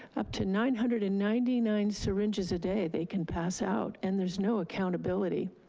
up to nine hundred and ninety nine syringes a day they can pass out. and there's no accountability.